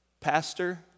Pastor